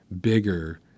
bigger